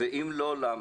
ואם לא, למה?